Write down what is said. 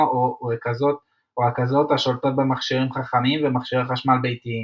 או רכזות השולטות במכשירים חכמים ומכשירי חשמל ביתיים.